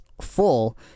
full